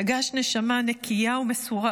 פגש נשמה נקייה ומסורה